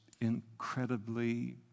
incredibly